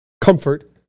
comfort